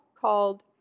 called